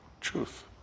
truth